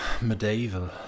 medieval